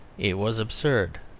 it was absurd,